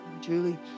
Julie